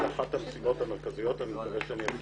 זאת אחת המשימות המרכזיות ואני מקווה שאני אצליח בה.